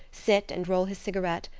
sit and roll his cigarette,